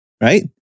Right